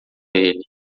ele